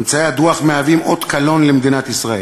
ממצאי הדוח מהווים אות קלון למדינת ישראל.